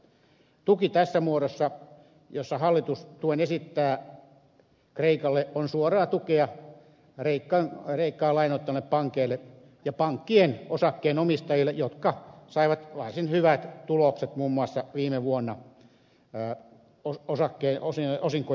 tuki tässä muodossa jossa hallitus tuen esittää kreikalle on suoraa tukea kreikkaa lainoittaneille pankeille ja pankkien osakkeenomistajille jotka saivat varsin hyvät tulokset muun muassa viime vuonna osinkojen muodossa